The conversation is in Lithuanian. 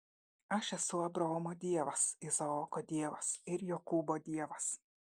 aš esu abraomo dievas izaoko dievas ir jokūbo dievas